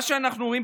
מה שאנחנו רואים,